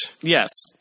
Yes